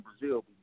Brazil